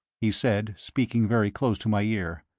he said, speaking very close to my ear.